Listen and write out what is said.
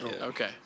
Okay